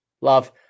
Love